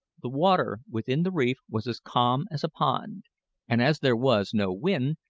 the water within the reef was as calm as a pond and as there was no wind,